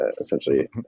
Essentially